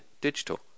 Digital